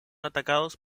atacados